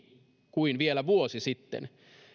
kuin vielä vuosi sitten